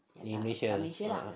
malaysia ah